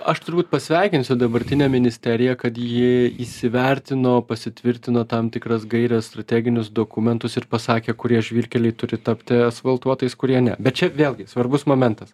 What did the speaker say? aš turbūt pasveikinsiu dabartinę ministeriją kad ji įsivertino pasitvirtino tam tikras gaires strateginius dokumentus ir pasakė kurie žvyrkeliai turi tapti asfaltuotais kurie ne bet čia vėlgi svarbus momentas